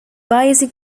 basic